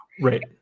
right